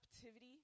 captivity